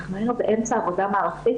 היינו באמצע עבודה מערכתית,